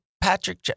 Patrick –